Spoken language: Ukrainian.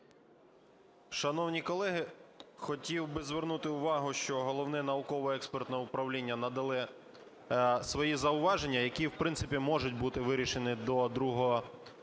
Шановні колеги, хотів би звернути увагу, що Головне науково-експертне управління надало свої зауваження, які, в принципі, можуть бути вирішені до другого читання.